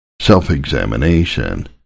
self-examination